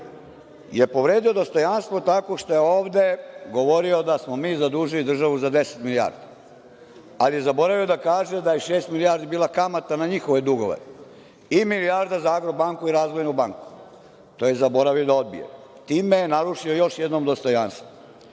je povredio dostojanstvo tako što je ovde govorio da smo mi zadužili državu za 10 milijardi. Ali, zaboravio je da kaže da je šest milijardi bila kamata na njihove dugove i milijarda za „Agrobanku“ i „Razvojnu banku“. To je zaboravio da odbije. Time je narušio još jednom dostojanstvo. Sledeće,